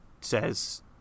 says